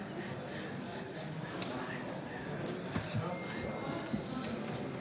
הצעת חוק חופש המידע (תיקון, קרן קיימת לישראל),